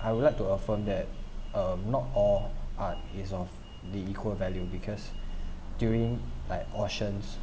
I would like to affirm that uh not all art is of the equal value because during like auctions